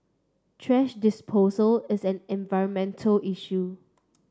trash disposal is an environmental issue